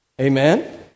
Amen